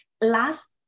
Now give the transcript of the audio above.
Last